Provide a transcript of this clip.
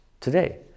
today